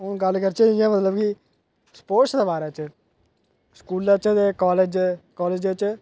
हून गल्ल करचै इ'यां मतलब कि स्पोर्टस दे बारे च स्कूलै च ते कालेज च